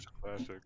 classic